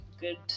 good